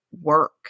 work